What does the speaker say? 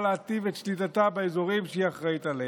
להיטיב את שליטתה באזורים שהיא אחראית להם.